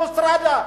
אוטוסטרדה,